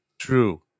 True